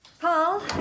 Paul